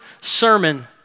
sermon